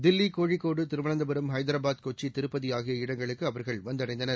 தில்லி கோழிக்கோடு திருவனந்தபுரம் ஹைதராபாத் கொச்சி திருப்பதி ஆகிய இடங்களுக்கு அவர்கள் வந்தடைந்தனர்